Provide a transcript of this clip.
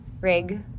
rig